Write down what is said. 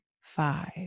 five